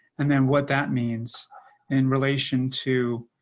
and then what that means in relation to